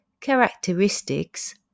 characteristics